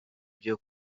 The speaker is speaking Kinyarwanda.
byo